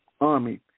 army